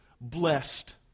blessed